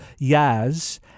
yaz